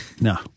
No